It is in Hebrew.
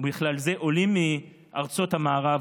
ובכלל זה עולים מארצות המערב,